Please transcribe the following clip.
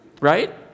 Right